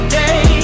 day